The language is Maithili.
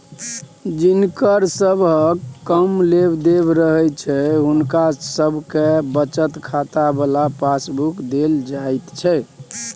जिनकर सबहक कम लेब देब रहैत छै हुनका सबके बचत खाता बला पासबुक देल जाइत छै